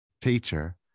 teacher